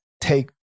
Take